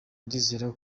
ndizera